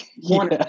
one